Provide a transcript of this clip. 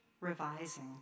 revising